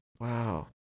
Wow